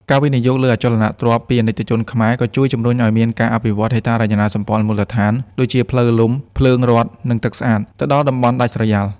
ការវិនិយោគលើអចលនទ្រព្យពីអាណិកជនខ្មែរ ក៏ជួយជំរុញឱ្យមាន "ការអភិវឌ្ឍហេដ្ឋារចនាសម្ព័ន្ធមូលដ្ឋាន" ដូចជាផ្លូវលំ ភ្លើងរដ្ឋ និងទឹកស្អាត ទៅដល់តំបន់ដាច់ស្រយាល។